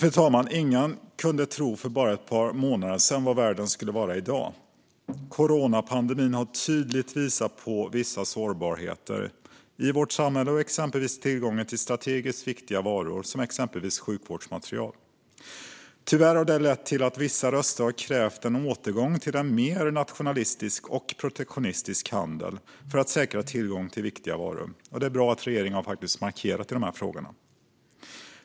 Ingen kunde för bara några månader sedan tro vad världen skulle vara i dag. Coronapandemin har tydligt visat på vissa sårbarheter i vårt samhälle och i vår tillgång till strategiskt viktiga varor, exempelvis sjukvårdsmateriel. Tyvärr har det lett till att vissa röster har krävt en återgång till en mer nationalistisk och protektionistisk handel för att säkra tillgång till viktiga varor. Det är bra att regeringen har markerat i dessa frågor.